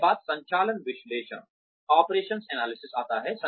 उसके बाद संचालन विश्लेषण आता है